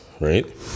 right